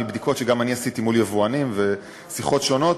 מבדיקות שגם אני עשיתי מול יבואנים ושיחות שונות,